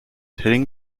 hitting